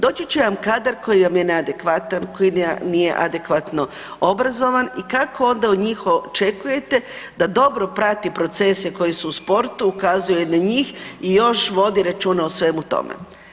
Doći će vam kadar koji vam je neadekvatan koji nije adekvatno obrazovan i kako onda od njih očekujete da dobro prati procese koji su u sportu, ukazuje na njih i još vodi računa o svemu tome.